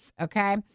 okay